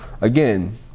Again